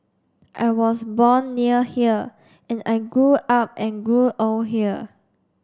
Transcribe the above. I was born near here and I grew up and grew old here